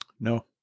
No